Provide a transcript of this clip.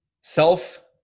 Self